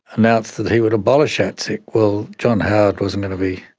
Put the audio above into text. announced that he would abolish atsic. well, john howard wasn't going to be